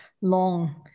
long